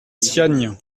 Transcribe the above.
siagne